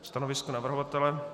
Stanovisko navrhovatele?